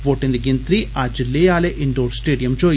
वोटें दी गिनतरी अज्ज लेह् आले इंडोर स्टेडियम च होई